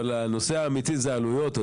אבל הנושא האמיתי הוא העלויות,